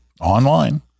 online